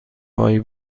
هایی